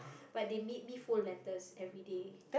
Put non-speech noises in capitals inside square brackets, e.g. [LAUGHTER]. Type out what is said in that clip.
[BREATH] but they made me fold letters everyday